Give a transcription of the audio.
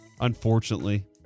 Unfortunately